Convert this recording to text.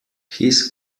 his